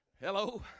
Hello